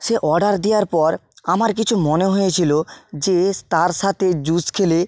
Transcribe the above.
সে order দেওয়ার পর আমার কিছু মনে হয়েছিল যে তার সাথে জুস খেলে